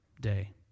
day